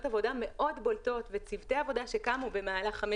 עבודה מאוד בולטות וצוותי עבודה שקמו במהלך חמש